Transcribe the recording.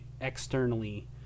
externally